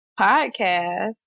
Podcast